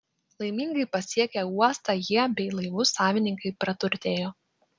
laimingai pasiekę uostą jie bei laivų savininkai praturtėjo